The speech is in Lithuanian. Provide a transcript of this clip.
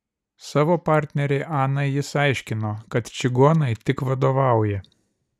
savo partnerei anai jis aiškino kad čigonai tik vadovauja